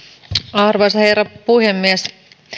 arvoisa herra puhemies